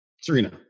serena